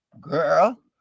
Girl